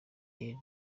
rero